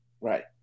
Right